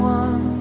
one